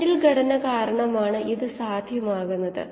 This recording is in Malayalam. മാഗ്നിറ്റ്യൂഡുകളിലെ മാറ്റം നിങ്ങൾക്ക് കാണാം